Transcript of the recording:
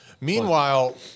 Meanwhile